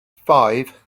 five